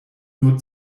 nur